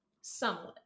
somewhat